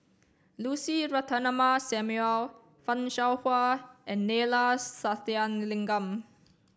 Lucy Ratnammah Samuel Fan Shao Hua and Neila Sathyalingam